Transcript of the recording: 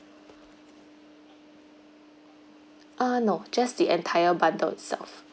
uh no just the entire bundle itself